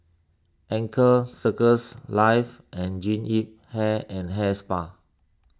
Anchor Circles Life and Jean Yip Hair and Hair Spa